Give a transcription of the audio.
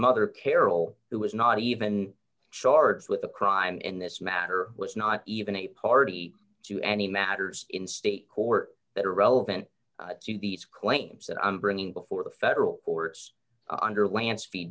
mother carol who was not even charged with a crime in this matter was not even a party to any matters in state court that are relevant to these claims that i'm bringing before the federal